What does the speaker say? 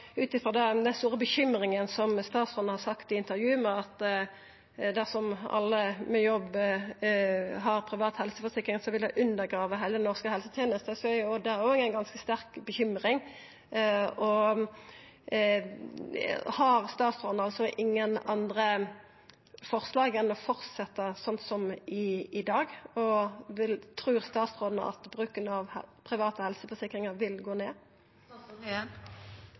at dersom alle med jobb har private helseforsikringar, så vil det undergrava heile den norske helsetenesta, som statsråden har sagt i intervju er ei ganske stor bekymring: Har statsråden altså ingen andre forslag enn å fortsetja som i dag, og trur statsråden at bruken av private helseforsikringar vil gå ned?